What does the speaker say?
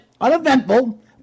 uneventful